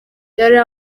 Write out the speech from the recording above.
yari